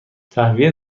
تهویه